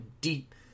deep